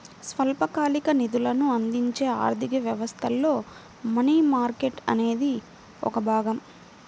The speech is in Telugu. స్వల్పకాలిక నిధులను అందించే ఆర్థిక వ్యవస్థలో మనీ మార్కెట్ అనేది ఒక భాగం